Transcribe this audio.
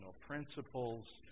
principles